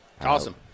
Awesome